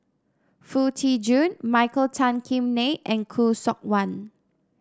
Foo Tee Jun Michael Tan Kim Nei and Khoo Seok Wan